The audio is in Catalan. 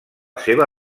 seva